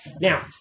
Now